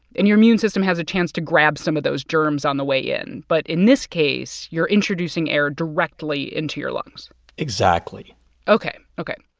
and your immune system has a chance to grab some of those germs on the way in. but in this case, you're introducing air directly into your lungs exactly ok. ok.